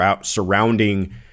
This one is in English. surrounding